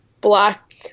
black